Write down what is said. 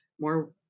more